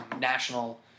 national